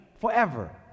forever